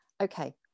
Okay